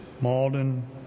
Malden